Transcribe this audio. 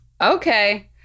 Okay